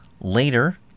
Later